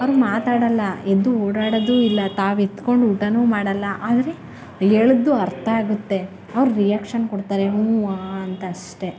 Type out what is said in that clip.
ಅವ್ರು ಮಾತಾಡೋಲ್ಲ ಎದ್ದು ಓಡಾಡೋದು ಇಲ್ಲ ತಾವು ಎತ್ಕೊಂಡು ಊಟನೂ ಮಾಡೋಲ್ಲ ಆದರೆ ಹೇಳಿದ್ದು ಅರ್ಥ ಆಗುತ್ತೆ ಅವ್ರು ರಿಯಾಕ್ಷನ್ ಕೊಡ್ತಾರೆ ಹ್ಞೂ ಹಾಂ ಅಂತ ಅಷ್ಟೇ